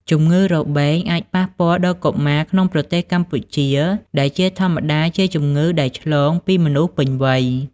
ជំងឺរបេងអាចប៉ះពាល់ដល់កុមារក្នុងប្រទេសកម្ពុជា ដែលជាធម្មតាជាជម្ងឺដែលឆ្លងពីមនុស្សពេញវ័យ។